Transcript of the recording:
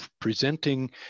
presenting